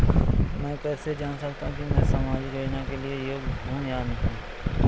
मैं कैसे जान सकता हूँ कि मैं सामाजिक योजना के लिए योग्य हूँ या नहीं?